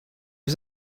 was